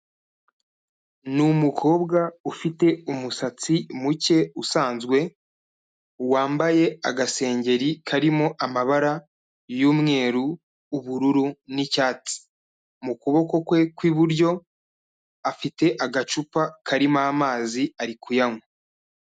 Ni umukobwa ufite umusatsi mucye usanzwe, wambaye agasengeri karimo amabara y'umweru, ubururu n'icyatsi, mu kuboko kwe kw'iburyo afite agacupa karimo amazi ari kuyanywa.